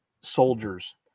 soldiers